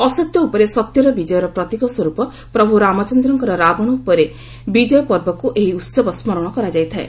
ଅସତ୍ୟ ଉପରେ ସତ୍ୟର ବିଜୟର ପ୍ରତୀକ ସ୍ୱରୂପ ପ୍ରଭୁ ରାମଚନ୍ଦ୍ରଙ୍କର ରାବଶ ଉପରେ ବିକୟ ପର୍ବକୁ ଉତ୍ସବ ଏହି ସ୍କରଣ କରାଯାଇଥାଏ